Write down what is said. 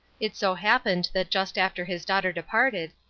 it so happened that just after his daughter departed,